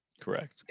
correct